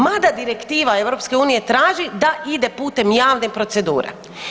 Ma da direktiva EU traži da ide putem javne procedure.